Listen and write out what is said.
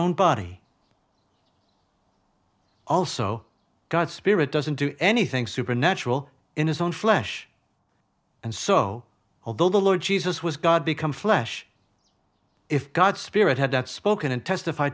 own body also god spirit doesn't do anything supernatural in his own flesh and so although the lord jesus was god become flesh if god's spirit hadn't spoken and testify